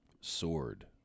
Sword